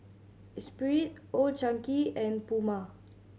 Espirit Old Chang Kee and Puma